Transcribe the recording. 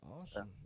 Awesome